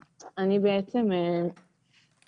אני אספיק או לא אספיק.